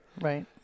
Right